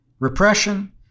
repression